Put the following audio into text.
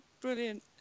Brilliant